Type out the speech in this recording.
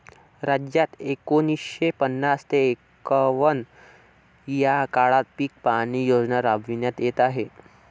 राज्यात एकोणीसशे पन्नास ते एकवन्न या काळात पीक पाहणी योजना राबविण्यात येत आहे